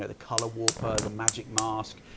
ah the color warper the magic mask,